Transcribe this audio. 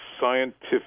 scientific